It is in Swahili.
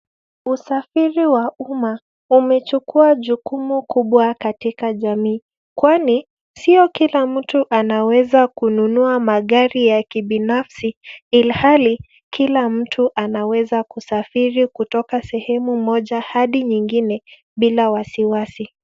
Usafiri wa uma, umechukua jukumu kubwa katika jamii. Kwani, sio kila mtu anaweza kununua magari ya kibinafsi, ilhali kila mtu anaweza kusafiri kutoka sehemu moja hadi nyingine, bila wasiwasi.